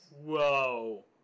Whoa